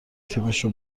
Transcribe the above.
تیمشو